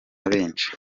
benshi